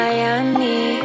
Miami